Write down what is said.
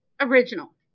original